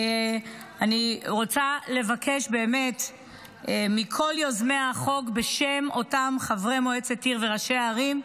אני רוצה להודות לכל יוזמי החוק בשם אותם חברי מועצת העיר וראשי הערים,